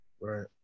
Right